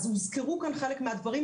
אז הוזכרו כאן חלק מהדברים,